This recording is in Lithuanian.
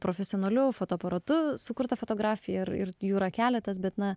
profesionaliu fotoaparatu sukurta fotografija ir ir jų yra keletas bet na